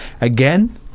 Again